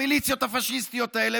המיליציות הפשיסטיות האלה,